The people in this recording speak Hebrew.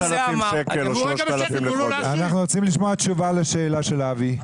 --- אנחנו רוצים לשמוע תשובה לשאלה של אבי,